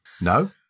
No